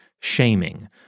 shaming